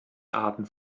arten